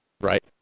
Right